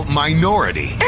minority